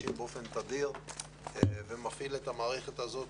נפגשים באופן תדיר - ומפעיל את המערכת הזאת.